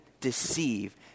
deceive